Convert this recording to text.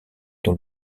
dont